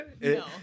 No